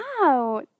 Wow